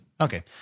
okay